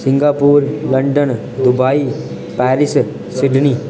Singapore London Dubai Paris Sydney